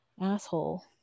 asshole